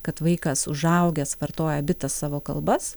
kad vaikas užaugęs vartoja abi tas savo kalbas